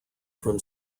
from